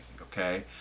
okay